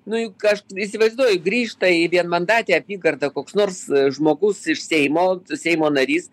nu juk aš įsivaizduoju grįžta į vienmandatę apygardą koks nors žmogus iš seimo seimo narys